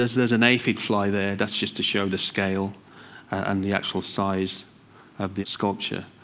there's there's an aphid fly there. that's just to show the scale and the actual size of the sculpture.